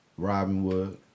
Robinwood